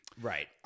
Right